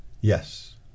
Yes